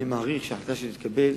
אני מעריך שההחלטה שתתקבל